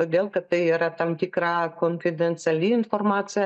todėl kad tai yra tam tikra konfidenciali informacija